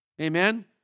Amen